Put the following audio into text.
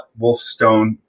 Wolfstone